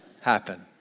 happen